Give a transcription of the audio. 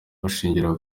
bashingira